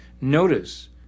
Notice